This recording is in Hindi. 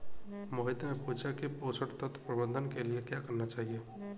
मोहित ने पूछा कि पोषण तत्व प्रबंधन के लिए क्या करना चाहिए?